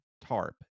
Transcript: tarp